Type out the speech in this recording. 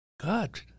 God